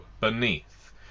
beneath